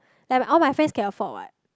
like all my friends can afford what